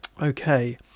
Okay